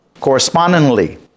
Correspondingly